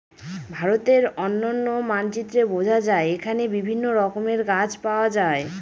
ভারতের অনন্য মানচিত্রে বোঝা যায় এখানে বিভিন্ন রকমের গাছ পাওয়া যায়